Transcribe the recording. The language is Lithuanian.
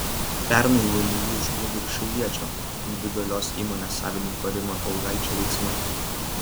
pernai vmi užkliuvo ir šiauliečio individualios įmonės savininko rimanto augaičio veiksmai